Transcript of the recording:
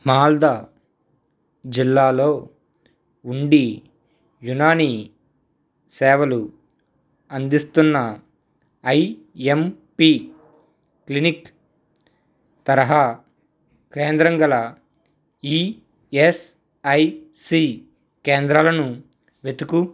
మాల్దా జిల్లాలో ఉండి యునాని సేవలు అందిస్తున్న ఐఎంపి క్లినిక్ తరహా కేంద్రం గల ఈఎస్ఐసీ కేంద్రాలను వెతుకు